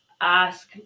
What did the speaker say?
ask